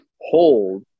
hold